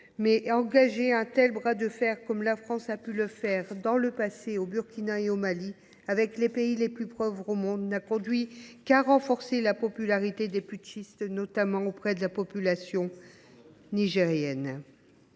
Mais engager un tel bras de fer, comme la France a pu le faire dans le passé au Burkina Faso et au Mali, avec les pays les plus pauvres au monde, n’a conduit qu’à renforcer la popularité des putschistes, notamment auprès de la population nigérienne.